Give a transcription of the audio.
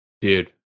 dude